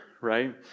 right